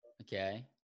Okay